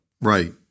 Right